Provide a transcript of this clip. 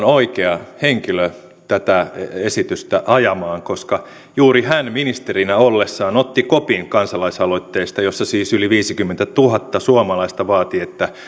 oikea henkilö tätä esitystä ajamaan koska juuri hän ministerinä ollessaan otti kopin kansalaisaloitteesta jossa siis yli viisikymmentätuhatta suomalaista vaati että